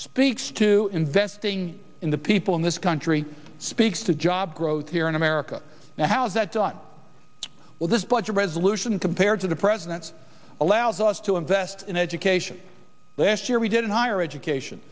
speaks to investing in the people in this country speaks to job growth here in america now how's that done with this budget resolution compared to the president's allows us to invest in education last year we did in higher education